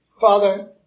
Father